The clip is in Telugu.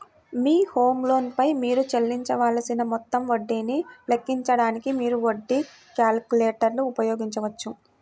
మీ హోమ్ లోన్ పై మీరు చెల్లించవలసిన మొత్తం వడ్డీని లెక్కించడానికి, మీరు వడ్డీ క్యాలిక్యులేటర్ ఉపయోగించవచ్చు